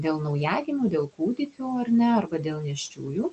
dėl naujagimių dėl kūdikių ar ne arba dėl nėščiųjų